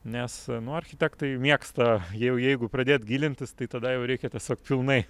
nes nu architektai mėgsta jau jeigu pradėt gilintis tai tada jau reikia tiesiog pilnai